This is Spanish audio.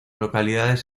localidades